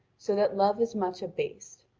so that love is much abased.